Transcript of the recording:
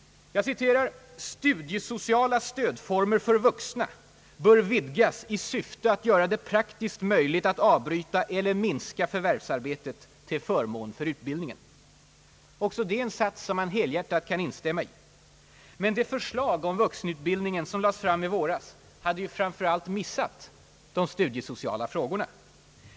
»Studiesociala stödformer för vuxna bör vidgas i syfte att göra det praktiskt möjligt att avbryta eller minska förvärvsarbetet till förmån för utbildningen.» Också det är en sats som man helhjärtat kan instämma i. Men det förslag om vuxenutbildningen som lades fram i våras hade ju framför allt missat de studiesociala frågorna.